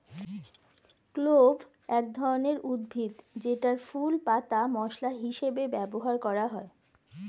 clove এক ধরনের উদ্ভিদ যেটার ফুল, পাতা মসলা হিসেবে ব্যবহার করা হয়